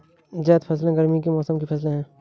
ज़ैद फ़सलें गर्मी के मौसम की फ़सलें हैं